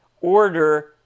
Order